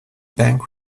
bank